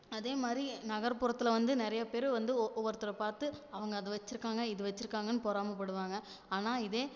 அதேமாதிரி நகர்புறத்தில் வந்து நிறைய பேர் வந்து ஒவ்வொருத்தரை பார்த்து அவங்க அதை வச்சுருக்காங்க இது வச்சுருக்காங்கன்னு பொறாமைப்படுவாங்க ஆனால் இதே